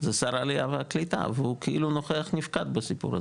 זה שר העלייה והקליטה והוא כאילו נוכח נפקד בסיפור הזה,